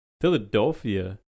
Philadelphia